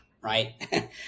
Right